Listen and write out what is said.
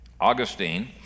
Augustine